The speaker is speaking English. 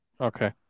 Okay